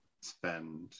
spend